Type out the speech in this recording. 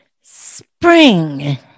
Spring